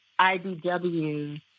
IDW